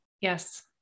Yes